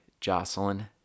jocelyn